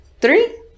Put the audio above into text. Three